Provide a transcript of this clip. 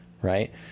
right